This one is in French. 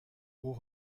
haut